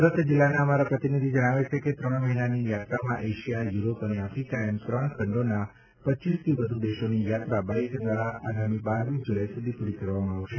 સુરત જિલ્લાના અમારા પ્રતિનિધિ જણાવે છે કે ત્રણ મહિનાની યાત્રામાં એશિયા યુરોપ અને આફ્રિકા એમ ત્રણ ખંડોના પચ્ચીસથી વધુ દેશોની યાત્રા બાઇક દ્વારા આગામી બારમી જુલાઇ સુધી પુરી કરવામાં આવશે